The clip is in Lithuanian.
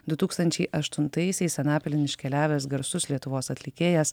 du tūkstančiai aštuntaisiais anapilin iškeliavęs garsus lietuvos atlikėjas